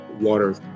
water